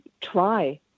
try